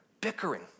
Bickering